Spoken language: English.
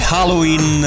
Halloween